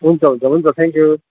हुन्छ हुन्छ हुन्छ थ्याङ्क्यु